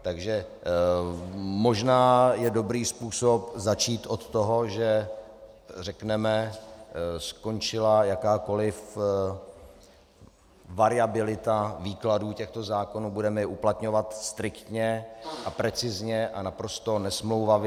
Takže možná je dobrý způsob začít od toho, že řekneme: skončila jakákoliv variabilita výkladů těchto zákonů, budeme je uplatňovat striktně a precizně a naprosto nesmlouvavě.